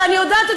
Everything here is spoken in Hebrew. ואני יודעת,